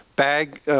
BAG